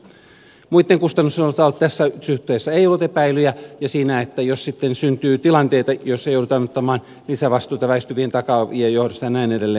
muitten kustannusten osalta tässä yhteydessä ei ollut epäilyjä ja jos sitten syntyy tilanteita joissa joudutaan ottamaan lisävastuita väistyvien takaajien johdosta ja niin edelleen